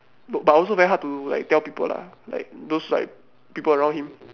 but also very hard to like tell people lah like those like people around him